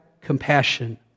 compassion